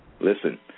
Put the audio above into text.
listen